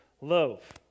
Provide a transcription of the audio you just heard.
loaf